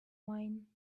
mine